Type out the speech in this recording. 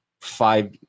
five